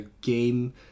game